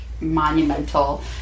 monumental